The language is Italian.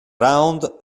round